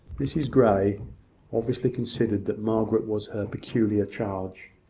mrs grey obviously considered that margaret was her peculiar charge.